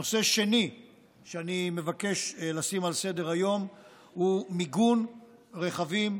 נושא שני שאני מבקש לשים על סדר-היום הוא מיגון רכבים,